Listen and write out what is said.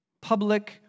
public